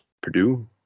Purdue